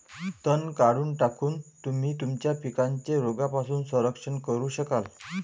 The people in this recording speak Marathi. तण काढून टाकून, तुम्ही तुमच्या पिकांचे रोगांपासून संरक्षण करू शकाल